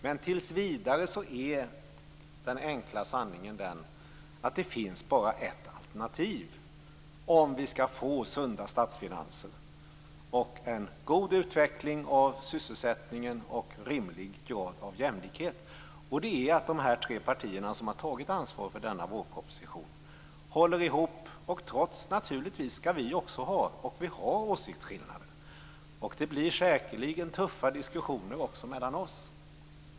Men tills vidare är den enkla sanningen att det bara finns ett alternativ om vi skall få sunda statsfinanser, en god utveckling av sysselsättningen och rimlig grad av jämlikhet. Det är att de tre partierna som har tagit ansvar för denna vårproposition håller ihop. Vi har naturligtvis, och skall också ha, åsiktsskillnader. Det blir säkerligen tuffa diskussioner också mellan oss.